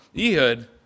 Ehud